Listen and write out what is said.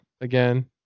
again